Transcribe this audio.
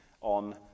on